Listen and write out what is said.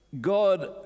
God